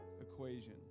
equation